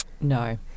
No